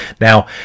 now